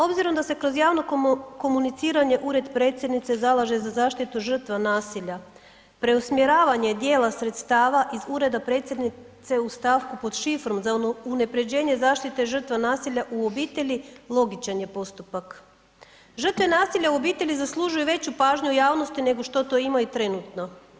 Obzirom da se kroz javno komuniciranje Ured predsjednice zalaže za zaštitu žrtava nasilja, preusmjeravanje dijela sredstava iz Ureda predsjednice u stavku pod šifrom za unaprjeđenje zaštite žrtava nasilja u obitelji, logičan je postupak. žrtve nasilja u obitelji zaslužuje veću pažnju u javnosti nego što to imaju trenutno.